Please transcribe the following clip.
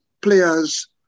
players